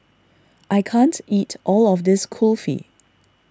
I can't eat all of this Kulfi